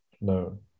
No